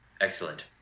Excellent